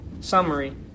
summary